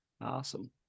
Awesome